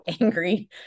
angry